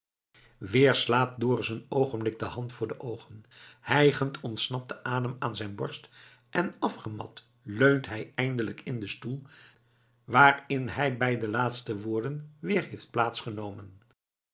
weer slaat dorus een oogenblik de hand voor de oogen hijgend ontsnapt de adem aan zijn borst en afgemat leunt hij eindelijk in den stoel waarin hij bij de laatste woorden weer heeft